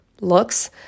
looks